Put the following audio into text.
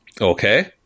Okay